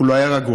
הוא לא היה רגוע.